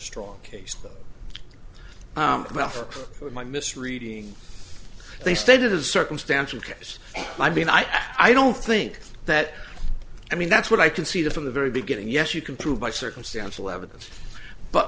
strong case about my misreading they stated a circumstantial case i mean i i don't think that i mean that's what i can see that from the very beginning yes you can prove by circumstantial evidence but